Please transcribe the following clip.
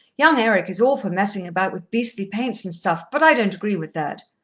young eric is all for messing about with beastly paints and stuff, but i don't agree with that.